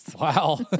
Wow